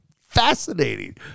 fascinating